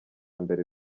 mbere